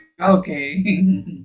Okay